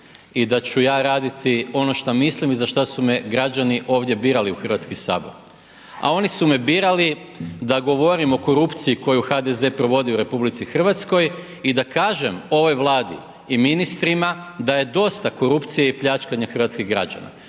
i da ću ja raditi ono šta mislim i za šta su ome građani ovdje birali u Hrvatski sabor a oni su me birali da govorim o korupciji koju HDZ provodi u RH i da kažem ovoj Vladi i ministrima da je dosta korupcije i pljačkanja hrvatskih građana,